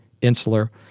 insular